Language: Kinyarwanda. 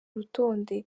rutonde